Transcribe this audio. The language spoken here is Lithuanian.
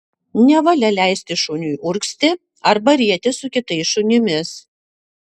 nevalia leisti šuniui urgzti arba rietis su kitais šunimis